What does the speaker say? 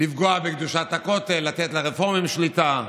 לפגוע בקדושת הכותל, לתת לרפורמים שליטה,